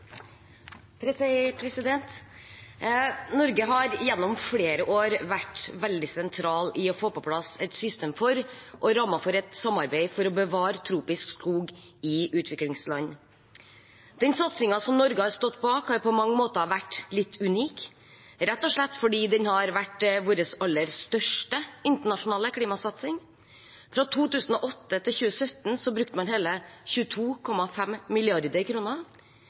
Norge har gjennom flere år stått veldig sentralt i å få på plass et system for – og rammer for – et samarbeid for å bevare tropisk skog i utviklingsland. Den satsingen som Norge har stått bak, har på mange måter vært litt unik, rett og slett fordi den har vært vår aller største internasjonale klimasatsing. Fra 2008 til 2017 brukte man hele 22,5